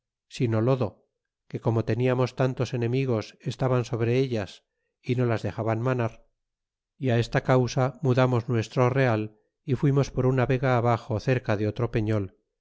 estaban no la tenían sino lodo que como teniamos tantos enemigos estaban sobre ellas y no las dexaban manar y esta causa mudamos nuestro real y fuimos por una vega abaxo cerca de otro peño